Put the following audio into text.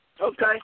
Okay